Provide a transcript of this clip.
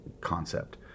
concept